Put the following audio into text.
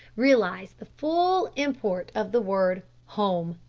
realise the full import of the word home.